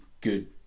good